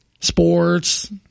sports